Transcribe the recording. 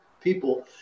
people